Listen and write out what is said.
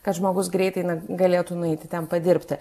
kad žmogus greitai galėtų nueiti ten padirbti